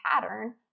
pattern